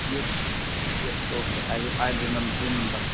yes sir yes okay I I remember remember